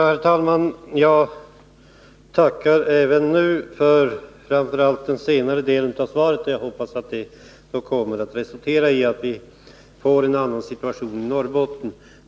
Herr talman! Jag tackar även nu för framför allt den senare delen av svaret, och jag hoppas att det kommer att resultera i en annan situation i Norrbotten.